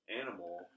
animal